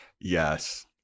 Yes